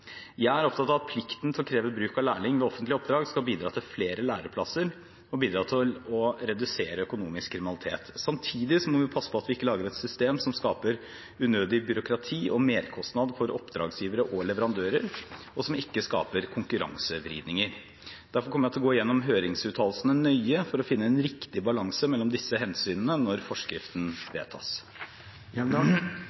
Jeg er opptatt av at plikten til å kreve bruk av lærling ved offentlige oppdrag skal bidra til flere læreplasser og bidra til å redusere økonomisk kriminalitet. Samtidig må vi passe på at vi ikke lager et system som skaper unødig byråkrati og merkostnad for oppdragsgivere og leverandører, og som ikke skaper konkurransevridninger. Derfor kommer jeg til å gå gjennom høringsuttalelsene nøye for å finne en riktig balanse mellom disse hensynene når forskriften